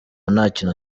ntakintu